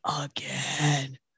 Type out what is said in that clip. again